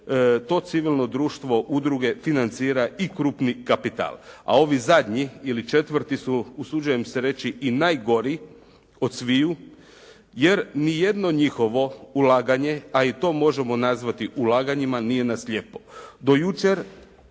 to civilno društvo udruge financira i krupni kapital, a ovi zadnji ili četvrti su usuđujem se reći i najgori od sviju, jer ni jedno njihovo ulaganje pa i to možemo nazvati ulaganjima, nije na slijepo. Do jučer